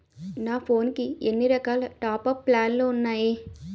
నా ఫోన్ కి ఎన్ని రకాల టాప్ అప్ ప్లాన్లు ఉన్నాయి?